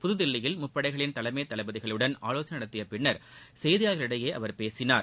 புதுதில்லியில் முப்படைகளின் தலைமை தளபதிகளுடன் ஆலோசனை நடத்திய பின்னர் செய்தியாளர்களிடம் அவர் பேசினார்